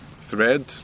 thread